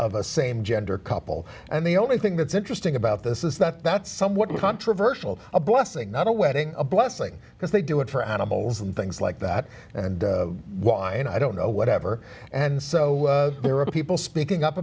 a same gender couple and the only thing that's interesting about this is that that's somewhat controversial a blessing not a wedding a blessing because they do it for animals and things like that and why and i don't know whatever and so there are people speaking up